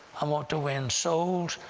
i want to win souls,